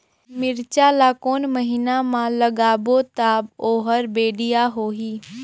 मिरचा ला कोन महीना मा लगाबो ता ओहार बेडिया होही?